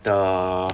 the